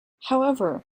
however